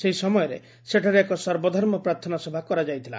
ସେହି ସମୟରେ ସେଠାରେ ଏକ ସର୍ବଧର୍ମ ପ୍ରାର୍ଥନା ସଭା କରାଯାଇଥିଲା